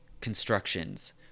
constructions